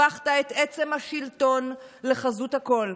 הפכת את עצם השלטון לחזות הכול.